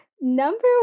Number